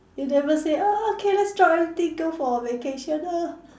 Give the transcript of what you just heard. you never say oh okay let's drop everything go for a vacation ah